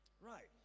Right